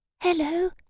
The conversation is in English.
Hello